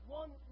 one